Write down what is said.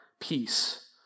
peace